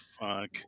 fuck